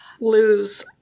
Lose